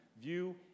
view